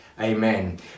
amen